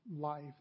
life